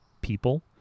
people